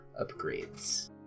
upgrades